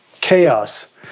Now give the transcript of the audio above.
chaos